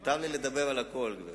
מותר לי לדבר על הכול, גברתי.